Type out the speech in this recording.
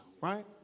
right